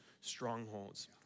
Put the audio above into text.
strongholds